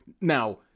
Now